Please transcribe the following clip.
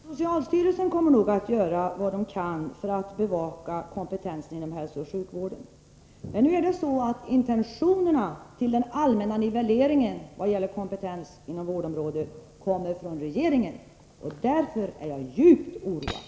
Fru talman! Inom socialstyrelsen kommer man nog att göra vad man kan för att bevaka kompetensen inom hälsooch sjukvården. Nu är det emellertid så, att incitamenten till den allmänna nivelleringen när det gäller kompetens inom vårdområdet kommer från regeringen. Därför är jag djupt oroad.